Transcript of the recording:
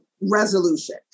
resolution